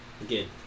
again